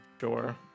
Sure